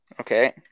Okay